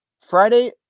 Friday